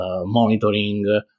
monitoring